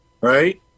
Right